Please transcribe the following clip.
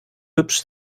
hübsch